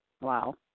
Wow